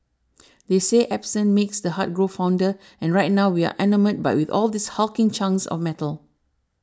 they say absence makes the heart grow fonder and right now we are enamoured but with all these hulking chunks of metal